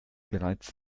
bereits